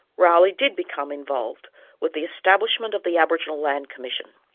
rowley did become involved with the establishment of the aboriginal land commission.